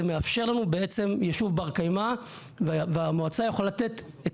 זה מאפשר לנו יישוב בר קיימא והמועצה יכולה לתת את